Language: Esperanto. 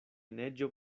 neĝo